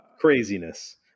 craziness